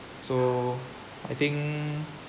so I think